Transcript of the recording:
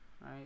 right